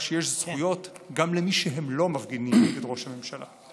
שיש זכויות גם למי שלא מפגינים נגד ראש הממשלה.